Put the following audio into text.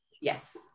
Yes